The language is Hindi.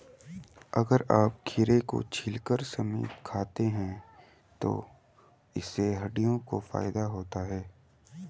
अगर आप खीरा को छिलका समेत खाते हैं तो इससे हड्डियों को फायदा होता है